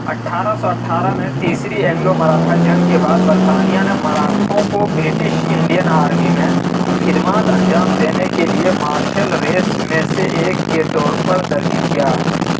اٹھارہ سو اٹھارہ میں تیسری اینگلو مراٹھا جنگ کے بعد، برطانیہ نے مراٹھوں کو برٹش انڈین آرمی میں خدمات انجام دینے کے لیے مارشل ریس میں سے ایک کے طور پر درج کیا